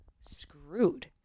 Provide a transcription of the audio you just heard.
screwed